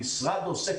המשרד עושה